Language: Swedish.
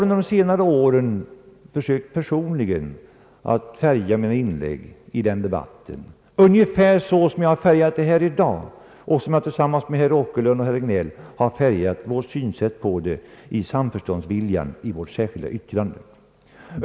Under senare år har jag personligen färgat mina inlägg i denna debatt ungefär på samma sätt som i dag och som jag tillsammans med herr Åkerlund och herr Regnéll i vårt särskilda yttrande färgat vårt synsätt i viljan till samförstånd.